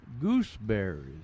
gooseberries